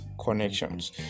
connections